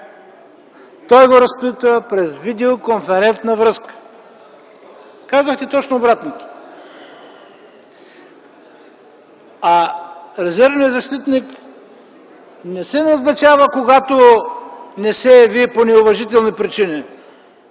го разпитва през видеоконферентна връзка. Казахте точно обратното. Резервният защитник не се назначава, когато не се яви по неуважителни причини